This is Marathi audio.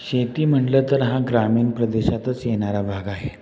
शेती म्हटलं तर हा ग्रामीण प्रदेशातच येणारा भाग आहे